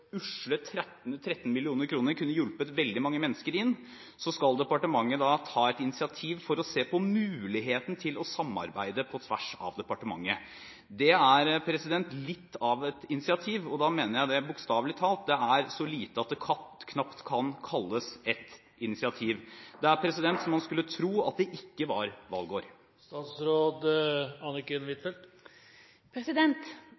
usle 13 mill. kr kunne hjulpet veldig mange mennesker inn, så skal departementet ta «et initiativ for å se på muligheten til å samarbeide på tvers av departement». Det er litt av et initiativ! Da mener jeg det bokstavelig talt – det er så lite at det knapt kan kalles et initiativ. Det er så man skulle tro at det ikke var